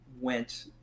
went